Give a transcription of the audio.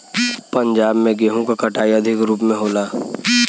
पंजाब में गेंहू क कटाई अधिक रूप में होला